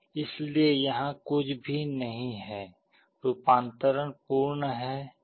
इसलिए यहाँ कुछ भी नहीं है रूपांतरण पूर्ण है